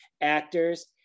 actors